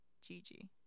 Gigi